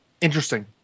Interesting